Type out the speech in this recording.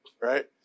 right